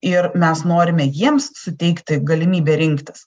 ir mes norime jiems suteikti galimybę rinktis